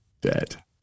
Dead